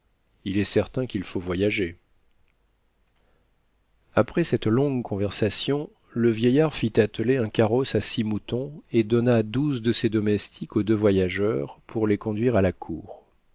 il est certain qu'il faut voyager après cette longue conversation le bon vieillard fit atteler un carrosse à six moutons et donna douze de ses domestiques aux deux voyageurs pour les conduire à la cour